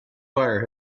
fire